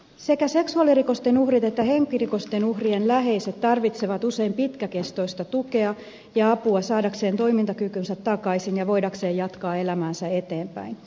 sekä seksuaalirikosten uhrit että henkirikosten uhrien läheiset tarvitsevat usein pitkäkestoista tukea ja apua saadakseen toimintakykynsä takaisin ja voidakseen jatkaa elämäänsä eteenpäin